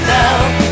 now